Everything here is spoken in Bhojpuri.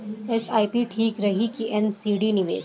एस.आई.पी ठीक रही कि एन.सी.डी निवेश?